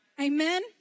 amen